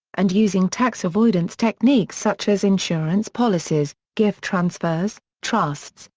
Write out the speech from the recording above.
and using tax avoidance techniques such as insurance policies, gift transfers, trusts,